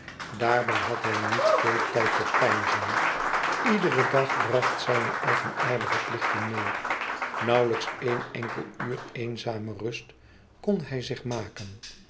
daarbij had hij niet veel tijd tot peinzen iedere dag bracht zijne eigenaardige plichten meê nauwlijks éen enkel uur eenzame rust kon hij zich maken